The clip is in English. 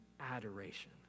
adoration